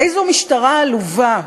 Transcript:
איזו משטרה עלובה,